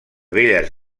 belles